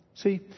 See